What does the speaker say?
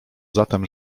zatem